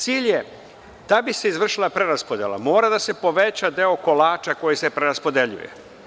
Cilj je, da bi se izvršila preraspodela mora da se poveća deo kolača koji se preraspodeljuje.